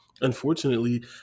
unfortunately